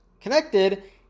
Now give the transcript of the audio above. connected